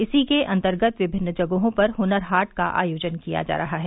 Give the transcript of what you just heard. इसी के अन्तर्गत विभिन्न जगहों पर हुनर हाट का आयोजन किया जा रहा है